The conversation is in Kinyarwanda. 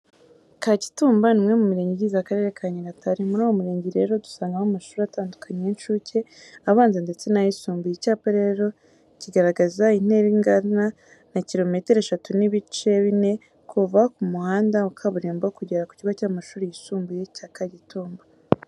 Kagitumba ni umwe mu mirenge igize Akarere ka Nyagatare. Muri uwo murenge rero dusangamo amashuri atandukanye y'incuke, abanza ndetse n'ayisumbuye. Icyapa rero kigaragaza intera ingana na kilometero eshatu n'ibice bine kuva ku muhanda wa kaburimbo kugera ku kigo cy'amashuri yisumbuye cya Kagitumba.